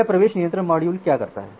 यह प्रवेश नियंत्रण मॉड्यूल क्या करता है